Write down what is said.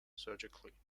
surgically